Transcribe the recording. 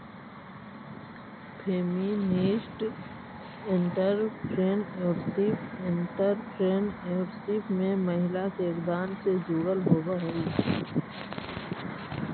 feminist entrepreneurship entrepreneurship में महिला के योगदान से जुड़ल होवऽ हई